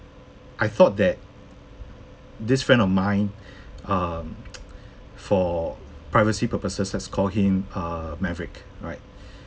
I thought that this friend of mine um for privacy purposes let's call him err Maverick right